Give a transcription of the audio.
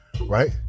right